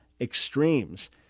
extremes